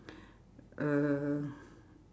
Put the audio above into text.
uh